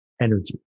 energy